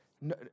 No